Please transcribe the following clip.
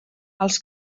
els